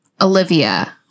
Olivia